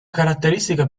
caratteristica